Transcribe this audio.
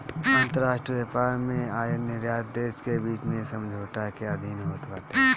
अंतरराष्ट्रीय व्यापार में आयत निर्यात देस के बीच में समझौता के अधीन होत बाटे